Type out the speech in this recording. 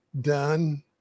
Done